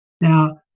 Now